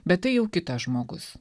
bet tai jau kitas žmogus